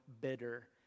bitter